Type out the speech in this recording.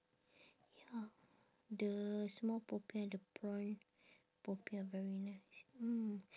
ya the small popiah the prawn popiah very nice mm